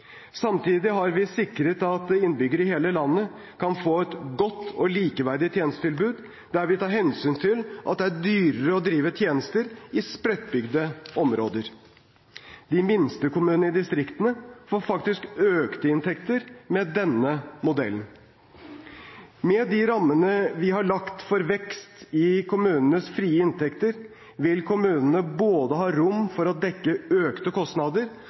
Samtidig har vi sikret at innbyggere i hele landet kan få et godt og likeverdig tjenestetilbud, der vi tar hensyn til at det er dyrere å drive tjenester i spredtbygde områder. De minste kommunene i distriktene får faktisk økte inntekter med denne modellen. Med de rammene vi har lagt for vekst i kommunenes frie inntekter, vil kommunene ha rom for både å dekke økte kostnader